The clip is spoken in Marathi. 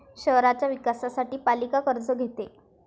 शहराच्या विकासासाठी पालिका कर्ज घेते